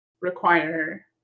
require